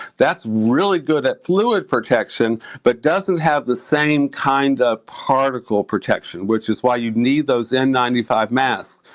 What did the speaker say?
that's really good at fluid protection but doesn't have the same kind of particle protection, which is why you need those n nine five masks.